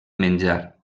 menjar